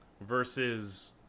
versus